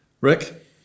Rick